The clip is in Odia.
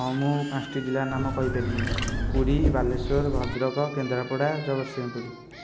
ହଁ ମୁଁ ପାଞ୍ଚଟି ଜିଲ୍ଲାର ନାମ କହିପାରିବି ପୁରୀ ବାଲେଶ୍ୱର ଭଦ୍ରକ କେନ୍ଦ୍ରାପଡ଼ା ଜଗତସିଂହପୁର